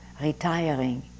retiring